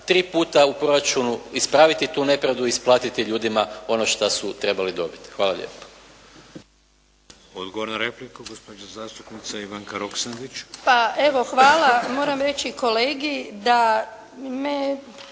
3 puta u proračunu ispraviti tu nepravdu i isplatiti ljudima ono što su trebali dobiti. Hvala lijepo.